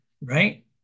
right